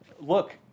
Look